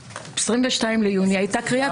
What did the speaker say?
ב-22 ביוני הייתה הקריאה הטרומית.